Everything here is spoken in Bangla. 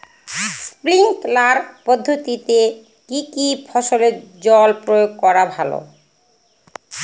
স্প্রিঙ্কলার পদ্ধতিতে কি কী ফসলে জল প্রয়োগ করা ভালো?